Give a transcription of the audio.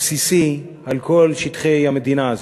הבסיסי על כל שטחי המדינה הזאת,